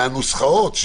מהנוסחאות,